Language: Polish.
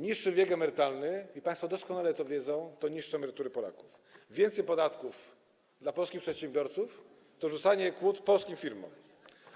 Niższy wiek emerytalny, i państwo doskonale to wiedzą, to niższe emerytury Polaków, więcej podatków dla polskich przedsiębiorców to rzucanie kłód polskim firmom,